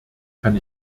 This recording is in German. kann